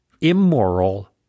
immoral